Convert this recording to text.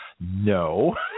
No